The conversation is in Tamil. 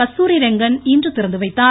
கஸ்தூரிரெங்கன் இன்று திறந்து வைத்தார்